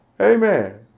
Amen